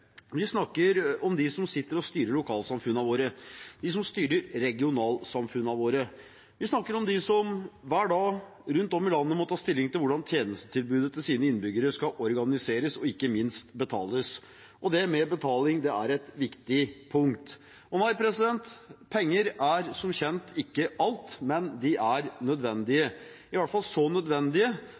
Vi snakker om dem som sitter og styrer lokalsamfunnene våre, om dem som styrer regionalsamfunnene våre. Vi snakker om dem som rundt om i landet hver dag må ta stilling til hvordan tjenestetilbudet til sine innbyggere skal organiseres og ikke minst betales. Det med betaling er et viktig punkt. Penger er som kjent ikke alt, men de er nødvendige, i hvert fall så nødvendige